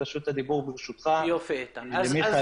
שמי מיכאל